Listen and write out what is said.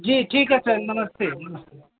जी ठीक है सर नमस्ते नमस्ते